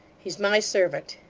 he's my servant.